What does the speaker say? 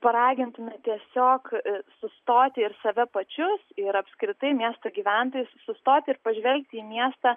paragintume tiesiog sustoti ir save pačius ir apskritai miesto gyventojus sustoti ir pažvelgti į miestą